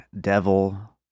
Devil